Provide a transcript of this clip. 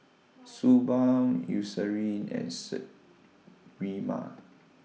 Suu Balm Eucerin and Sterimar